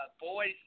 boys